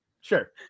Sure